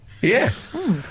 Yes